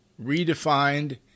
redefined